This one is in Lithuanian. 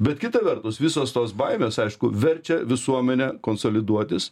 bet kita vertus visos tos baimės aišku verčia visuomenę konsoliduotis